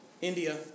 India